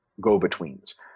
go-betweens